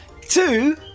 two